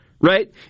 Right